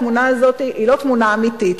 התמונה הזאת היא לא תמונה אמיתית,